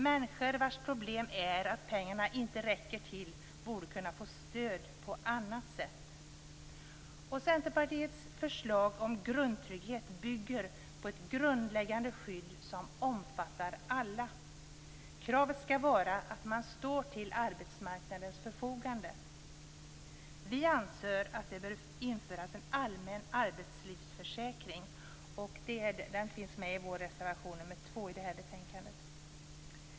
Människor vars problem är att pengarna inte räcker till borde kunna få stöd på annat sätt. Centerpartiets förslag om grundtrygghet bygger på ett grundläggande skydd som omfattar alla. Kravet skall vara att man står till arbetsmarknadens förfogande. Vi anser att det bör införas en allmän arbetslivsförsäkring. Detta finns med i vår reservation nr 2 till det här betänkandet.